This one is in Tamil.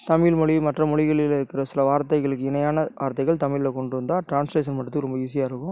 தமிழ் மொழி மற்ற மொழிகளிலே இருக்கிற சில வார்த்தைகளுக்கு இணையான வார்த்தைகள் தமிழில் கொண்டு வந்தால் ட்ரான்ஸ்லேஷன் பண்ணுறதுக்கு ரொம்ப ஈஸியாக இருக்கும்